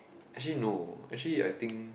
actually no actually I think